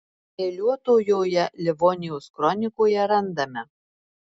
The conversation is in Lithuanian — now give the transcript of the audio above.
eiliuotojoje livonijos kronikoje randame